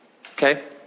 Okay